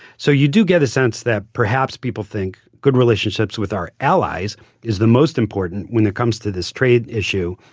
so you do get the sense that perhaps people think good relationships with our allies is the most important when it comes to this trade issue,